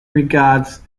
regards